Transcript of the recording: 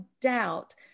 doubt